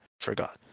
Forgot